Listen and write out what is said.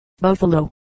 Buffalo